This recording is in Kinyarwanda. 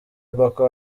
boko